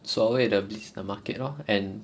所谓的 blitz the market lor and